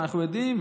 ואנחנו יודעים,